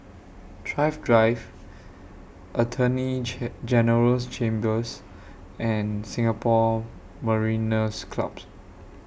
Thrift Drive Attorney General's Chambers and Singapore Mariners' Clubs